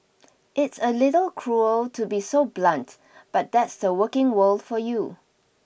it's a little cruel to be so blunt but that's the working world for you